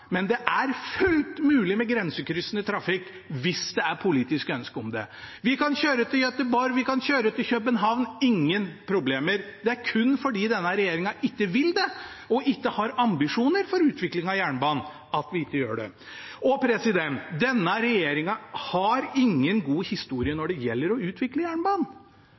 men det er fullt mulig med grensekryssende trafikk hvis det er politisk ønske om det. Vi kan kjøre til Göteborg, vi kan kjøre til København – ingen problemer. Det er kun fordi denne regjeringen ikke vil det og ikke har ambisjoner for utvikling av jernbanen, at vi ikke gjør det. Denne regjeringen har ingen god historie når det gjelder å utvikle jernbanen.